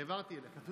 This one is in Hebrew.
העברתי אליך.